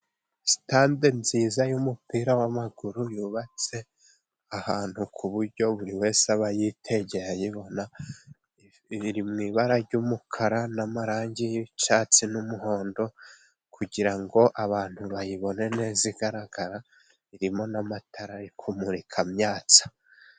Sitade nziza y'umupira w'amaguru yubatse ahantu ku buryo buri wese aba ayitegeye ayibona. Iri mu ibara ry'umukara n'amarangi y'icyatsi n'umuhondo, kugira ngo abantu bayibone neza igaragara. Irimo n'amatara ari kumurika amyatsa.